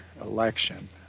election